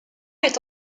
est